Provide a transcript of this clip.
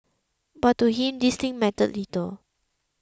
but to him these things mattered little